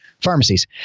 pharmacies